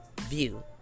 view